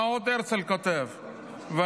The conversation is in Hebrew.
מה עוד כותב הרצל?